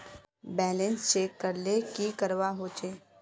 Balance check करले की करवा होचे?